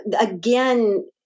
Again